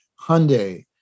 hyundai